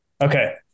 Okay